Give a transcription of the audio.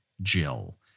Jill